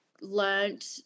learned